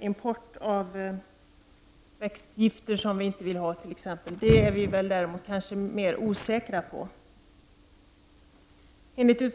import av t.ex. växtgifter som vi inte vill ha, är vi kanske mer osäkra på.